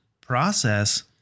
process